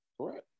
Correct